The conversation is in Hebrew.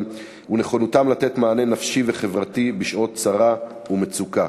ונכונותם לתת מענה נפשי וחברתי בשעות צרה ומצוקה.